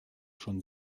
schon